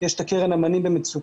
יש את הקרן לאומנים במצוקה,